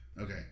Okay